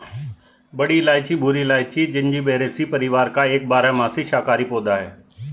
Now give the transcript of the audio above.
बड़ी इलायची भूरी इलायची, जिंजिबेरेसी परिवार का एक बारहमासी शाकाहारी पौधा है